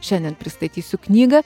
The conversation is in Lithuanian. šiandien pristatysiu knygą